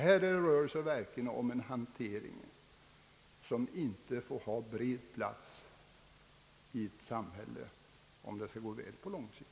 Här gäller det verkligen en hantering som inte får inta en bred plats i ett samhälle, om det skall gå väl på lång sikt.